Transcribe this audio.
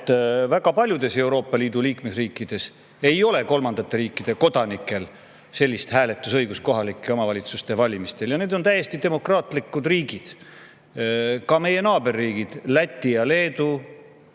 et väga paljudes Euroopa Liidu liikmesriikides ei ole kolmandate riikide kodanikel sellist hääletusõigust kohalike omavalitsuste valimistel. Need on täiesti demokraatlikud riigid: meie naaberriigid Läti ja Leedu,